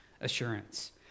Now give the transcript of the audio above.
assurance